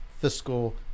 Fiscal